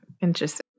interesting